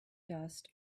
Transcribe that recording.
dust